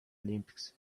olympics